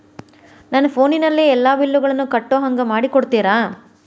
ನನ್ನ ಫೋನಿನಲ್ಲೇ ಎಲ್ಲಾ ಬಿಲ್ಲುಗಳನ್ನೂ ಕಟ್ಟೋ ಹಂಗ ಮಾಡಿಕೊಡ್ತೇರಾ?